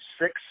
six